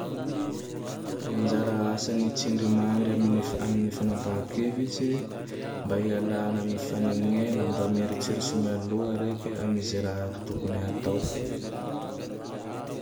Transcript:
Ny anjara asan'ny tsindrimandry aminy amin'ny fanapahan-kevitsy. Mba hialana amin'ny fanegnena. Mba mieritseritse mialoha reke amy ze raha tokony hatao.